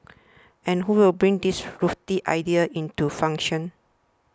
and who will bring these lofty ideas into function